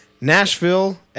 Nashville